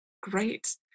great